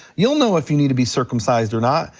you'll know if you need to be circumcised or not,